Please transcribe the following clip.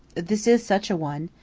this is such a one.